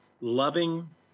loving